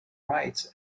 rights